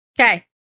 Okay